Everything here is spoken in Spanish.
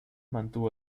mantuvo